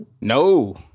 No